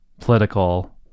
political